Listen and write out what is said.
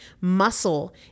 Muscle